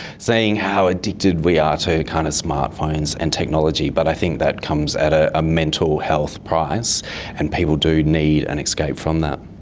how addicted we are to kind of smart phones and technology, but i think that comes at a ah mental health price and people do need an escape from that.